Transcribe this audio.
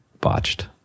botched